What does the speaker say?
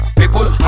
people